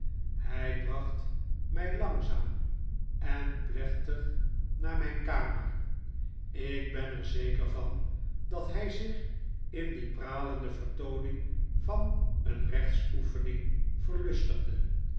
hij bracht mij langzaam en plechtig naar mijn kamer ik ben er zeker van dat hij zich in die pralende vertooning van een rechtsoefening verlustigde